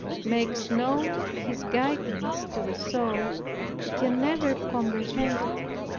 makes known his guidance to the soul, it can never comprehend it.